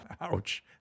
Ouch